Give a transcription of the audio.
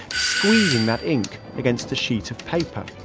squeezing that ink against a sheet of paper.